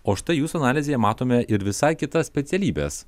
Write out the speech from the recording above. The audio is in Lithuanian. o štai jūsų analizėje matome ir visai kitas specialybes